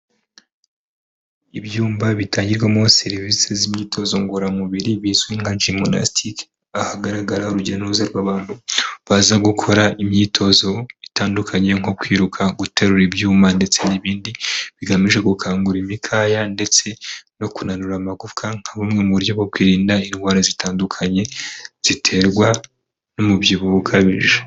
Ibyumba bitangirwamo serivisi z'imyitozo ngoramubiri bizwi nka gymnastic, ahagaragara urujya n’uruza rw'abantu baza gukora imyitozo itandukanye nko kwiruka, guterura ibyuma ndetse n'ibindi bigamije gukangura imikaya ndetse no kunanura amagufwa nka bumwe mu buryo bwo kwirinda indwara zitandukanye ziterwa n'umubyibuho ukabije.